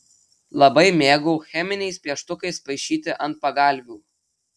labai mėgau cheminiais pieštukais paišyti ant pagalvių